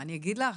מה אני אגיד לך,